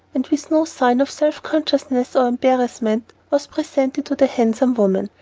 and with no sign of self-consciousness or embarrassment, was presented to the handsome woman.